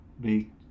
big